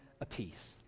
apiece